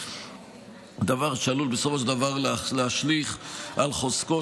דבר שעלול בסופו של דבר להשליך על חוזקו